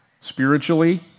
spiritually